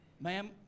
Ma'am